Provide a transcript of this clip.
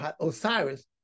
Osiris